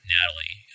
Natalie